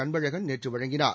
அன்பழகன் நேற்று வழங்கினார்